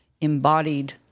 embodied